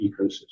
ecosystem